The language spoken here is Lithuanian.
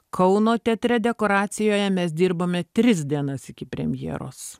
kauno teatre dekoracijoje mes dirbame tris dienas iki premjeros